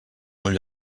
ull